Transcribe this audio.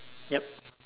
yup